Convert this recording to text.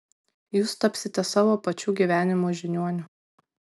jūs tapsite savo pačių gyvenimo žiniuoniu